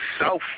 South